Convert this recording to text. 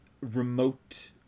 remote